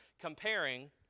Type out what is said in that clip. comparing